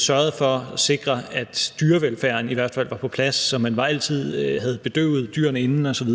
sørgede for at sikre, at dyrevelfærden i hvert fald var på plads, altså så man altid havde bedøvet dyrene inden osv.